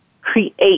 create